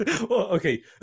Okay